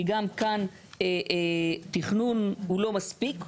כי גם כאן תכנון הוא לא מספיק.